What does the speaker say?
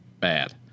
Bad